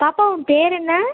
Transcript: பாப்பா உன் பேர் என்ன